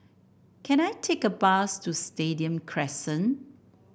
can I take a bus to Stadium Crescent